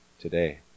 today